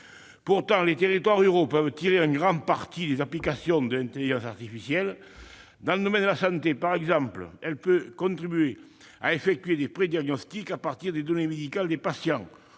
Pourtant, les territoires ruraux peuvent tirer un grand parti des applications de l'intelligence artificielle. Dans le domaine de la santé, ces technologies peuvent ainsi contribuer à faire des prédiagnostics à partir des données médicales des patients